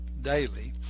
daily